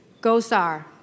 Gosar